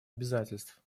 обязательств